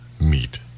meet